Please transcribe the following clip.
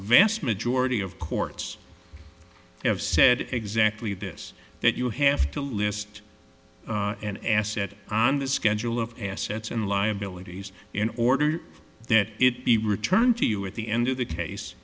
vast majority of courts i have said exactly this that you have to list an asset on the schedule of assets and liabilities in order that it be returned to you at the end of the case